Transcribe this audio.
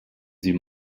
sie